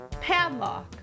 padlock